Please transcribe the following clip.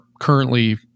currently